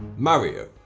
mario,